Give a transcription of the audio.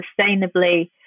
sustainably –